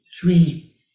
three